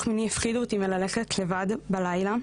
מיני הפחידו אותי מללכת לבד בלילה,